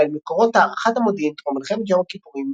אל מקורות הערכת המודיעין טרום מלחמת יום הכיפורים,